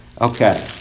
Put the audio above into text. Okay